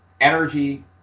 energy